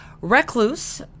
recluse